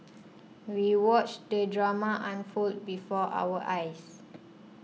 we watched the drama unfold before our eyes